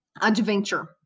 adventure